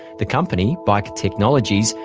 the company, bike technologies,